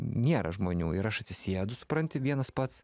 nėra žmonių ir aš atsisėdu supranti vienas pats